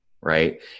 right